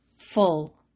full